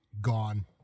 gone